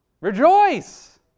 Rejoice